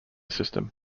system